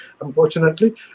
unfortunately